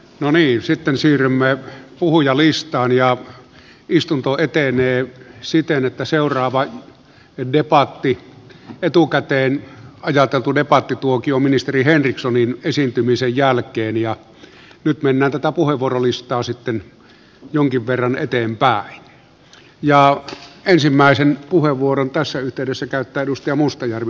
no niin sitten siirrymme ja puhujalistaan ja istunto etenee siten että seuraavan mediapaatti etukäteen ajateltu debatti tuokio ministeri henrikssonin esiintymisen jälkeen ja nyt mennä tätä puhevuorolista on sitten jonkin verran eteenpäin ja ensimmäisen puheenvuoron tässä yhteydessä käyttää edustaja palveluista